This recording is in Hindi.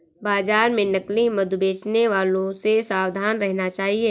बाजार में नकली मधु बेचने वालों से सावधान रहना चाहिए